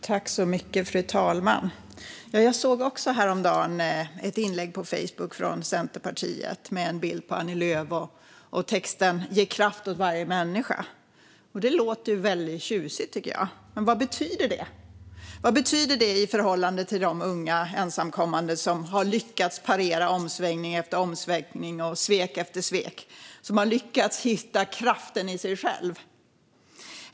Fru talman! Jag såg häromdagen ett inlägg på Facebook från Centerpartiet med en bild på Annie Lööf och texten "Ge kraft åt varje människa". Det låter väldigt tjusigt, tycker jag. Men vad betyder det? Vad betyder det i förhållande till de unga ensamkommande som har lyckats parera omsvängning efter omsvängning och svek efter svek och som har lyckats hitta kraften i sig själva?